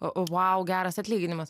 vau geras atlyginimas